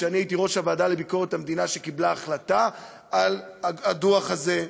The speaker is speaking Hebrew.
אני הייתי ראש הוועדה לביקורת המדינה שקיבלה החלטה על הדוח הזה.